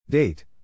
date